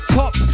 top